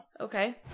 Okay